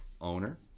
owner